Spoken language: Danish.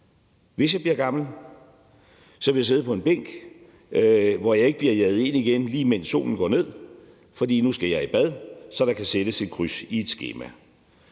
hvis jeg bliver gammel, vil jeg sidde på en bænk, hvor jeg ikke bliver jaget ind igen, lige mens solen går ned, fordi jeg nu skal i bad, så der kan sættes et kryds i et skema.